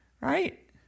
Right